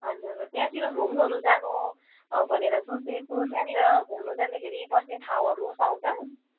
हजुर त्यहाँतिर घुम्नुहरू जानु भनेर सोचेको त्यहाँनिर घुम्नु जाँदाखेरि बस्ने ठाउँहरू पाउँछ